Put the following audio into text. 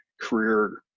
career